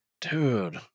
Dude